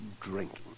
drinking